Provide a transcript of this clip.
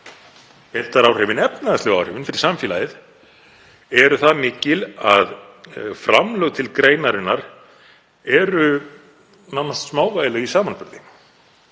heildaráhrifin, efnahagslegu áhrifin, fyrir samfélagið eru það mikil að framlög til greinarinnar eru nánast smávægileg í samanburði.